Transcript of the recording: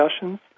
discussions